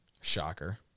Shocker